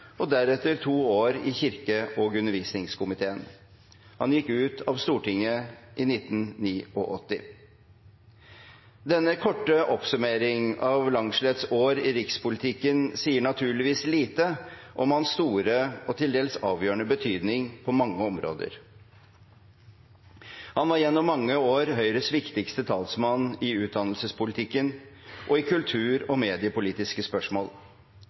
og administrasjonskomiteen og deretter to år i kirke- og undervisningskomiteen. Han gikk ut av Stortinget i 1989. Denne korte oppsummering av Langslets år i rikspolitikken sier naturligvis lite om hans store – og til dels avgjørende – betydning på mange områder. Han var gjennom mange år Høyres viktigste talsmann i utdannelsespolitikken og i kultur- og mediepolitiske spørsmål.